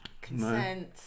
consent